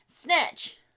snitch